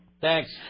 Thanks